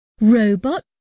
Robot